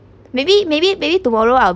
maybe maybe maybe tomorrow I'll